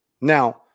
Now